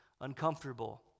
uncomfortable